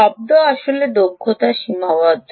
শব্দ আসলে সীমাবদ্ধ